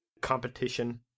competition